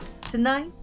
Tonight